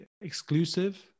exclusive